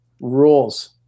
Rules